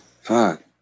Fuck